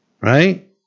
right